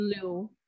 Blue